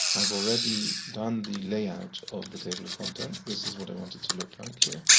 i've already done the layout of the table of contents. this is what i want it to look like, here,